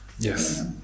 Yes